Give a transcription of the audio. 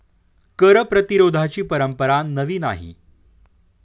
कर प्रतिरोधाची परंपरा नवी नाही